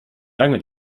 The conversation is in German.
lange